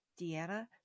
Deanna